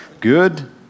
Good